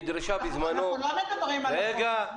אנחנו לא מדברים עכשיו על החוק,